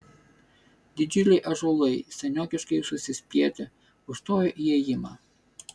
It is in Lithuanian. didžiuliai ąžuolai seniokiškai susispietę užstojo įėjimą